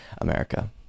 America